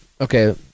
okay